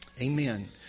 Amen